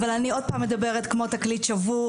אבל אני עוד פעם מדברת כמו תקליט שבור,